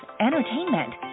entertainment